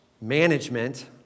Management